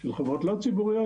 בחברות לא ציבוריות,